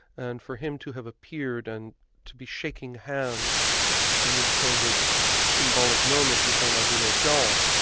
and for him to have appeared and to be shaking hands in this kind of symbolic moment with ahmadinejad,